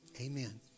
Amen